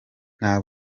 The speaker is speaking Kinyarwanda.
nta